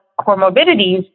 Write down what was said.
comorbidities